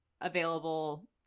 available